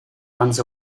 runs